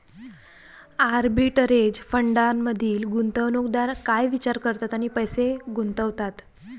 Arbitrage फंडांमधील गुंतवणूकदार काय विचार करतात आणि पैसे गुंतवतात?